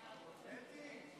חוק שכר שווה לעובדת ולעובד (תיקון מס' 6),